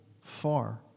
far